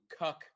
cuck